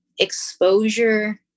exposure